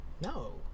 No